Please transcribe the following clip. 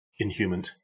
inhuman